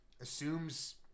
assumes